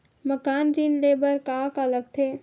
मकान ऋण ले बर का का लगथे?